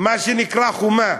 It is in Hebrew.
מה שנקרא חומה,